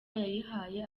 yayihaye